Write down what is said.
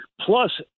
Plus